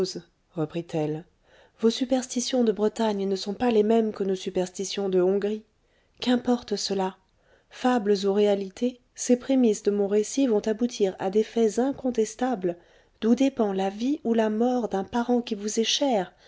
reprit-elle vos superstitions de bretagne ne sont pas les mêmes que nos superstitions de hongrie qu'importe cela fables ou réalités ces prémisses de mon récit vont aboutir à des faits incontestables d'où dépend la vie ou la mort d'un parent qui vous est cher